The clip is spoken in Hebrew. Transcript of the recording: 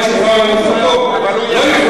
אחד שוחרר על נכותו,